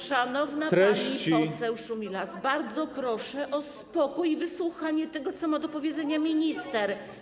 Szanowna pani poseł Szumilas, bardzo proszę o spokój i wysłuchanie tego, co ma do powiedzenia minister.